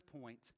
point